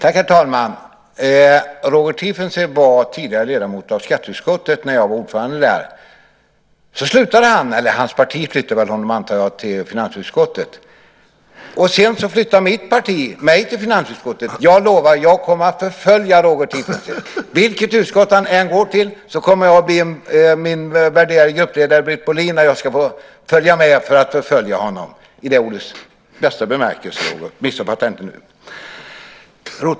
Herr talman! Roger Tiefensee var tidigare ledamot av skatteutskottet när jag var ordförande där. Sedan antar jag att hans parti flyttade honom till finansutskottet, och sedan flyttade mitt parti mig till finansutskottet. Jag lovar att jag kommer att förfölja Roger Tiefensee. Vilket utskott han än går till kommer jag att be min värderade gruppledare Britt Bohlin att jag ska få följa med för att förfölja honom, i ordets bästa bemärkelse, Roger. Missuppfatta mig inte nu.